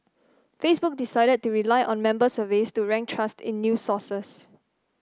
Facebook decided to rely on member surveys to rank trust in news sources